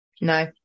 no